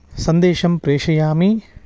सन्देशं प्रेषयामि